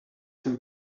two